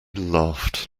laughed